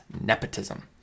nepotism